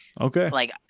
Okay